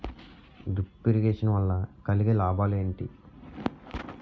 Drip irrigation వల్ల కలిగే లాభాలు ఏంటి?